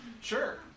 Sure